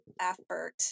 effort